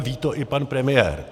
Ví to i pan premiér.